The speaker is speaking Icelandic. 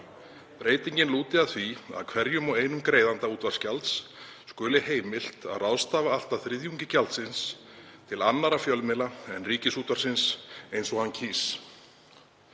Breytingin lúti að því að hverjum og einum greiðanda útvarpsgjalds skuli heimilt að ráðstafa allt að þriðjungi gjaldsins til annarra fjölmiðla en Ríkisútvarpsins eins og hann kýs.“